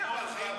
אני אומר לך.